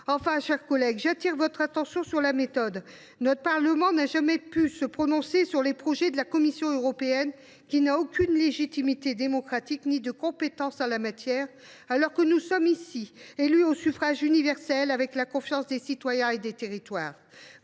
Enfin, mes chers collègues, j’attire votre attention sur la méthode : notre Parlement n’a jamais pu se prononcer sur les projets de la Commission européenne, qui n’a aucune légitimité démocratique ni compétence en la matière, alors que nous sommes, dans cet hémicycle, élus au suffrage universel, avec la confiance des citoyens et des territoires.